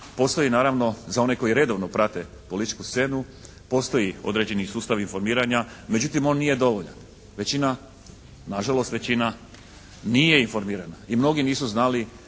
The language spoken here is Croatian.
Postoji naravno za one koji redovno prate političku scenu, postoje određeni sustavi informiranja, međutim on nije dovoljan. Većina na žalost, na žalost većina nije informirana i mnogi nisu znali